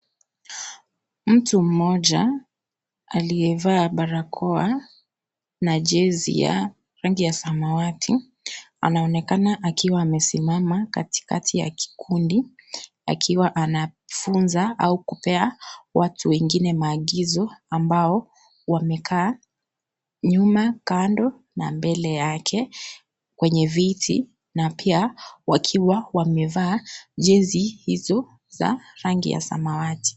Mtu mmoja, aliyevaa barakoa, na jezi ya, rangi ya samawati, anaonekana akiwa amesimama katikati ya kikundi, akiwa anafunza, au kupea watu wengine maagizo, ambao, wamekaa, nyuma, kando, na mbele yake, kwenye viti, na pia, wakiwa, wamevaa, jezi, hizo, za, rangi ya samawati.